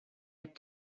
had